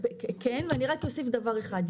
כן, ואני רק אוסיף דבר אחד.